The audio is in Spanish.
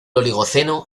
oligoceno